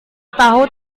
tahu